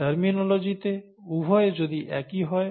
টার্মিনোলজিতে উভয় যদি একই হয়